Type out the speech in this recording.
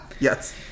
Yes